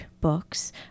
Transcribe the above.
Books